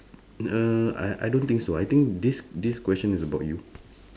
uh I don't think so I think this this question is about you